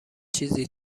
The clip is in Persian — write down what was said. چیزی